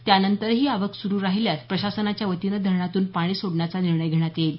त्यानंतरही आवक सुरू राहिल्यास प्रशासनाच्या वतीनं धरणातून पाणी सोडण्याचा निर्णय घेण्यात येईल